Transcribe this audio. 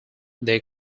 they